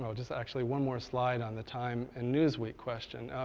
so just actually, one more slide on the time and newsweek question.